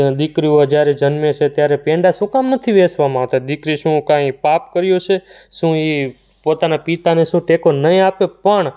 દીકરીઓ જ્યારે જન્મે છે ત્યારે પેંડા શું કામ નથી વેચવામાં આવતા દીકરી શું કાંઈ પાપ કર્યું છે શું એ પોતાના પિતાને શું ટેકો નહીં આપે પણ